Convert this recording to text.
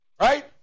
Right